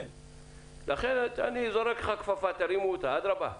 אני זורק לך כפפה: אדרבה,